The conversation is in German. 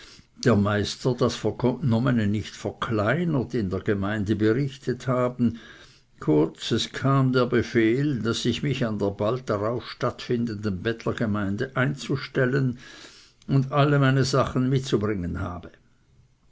der meister das vernommene nicht verkleinert in der gemeinde berichtet haben kurz es kam der befehl daß ich mich an der bald darauf stattfindenden bettlergemeinde einzustellen und alle meine sachen mitzubringen habe